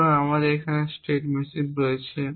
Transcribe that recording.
সুতরাং আমাদের এখানে একটি স্টেট মেশিন রয়েছে